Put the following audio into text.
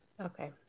Okay